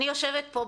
אני יושבת פה,